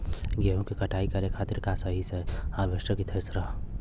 गेहूँ के कटाई करे खातिर का सही रही हार्वेस्टर की थ्रेशर?